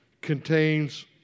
contains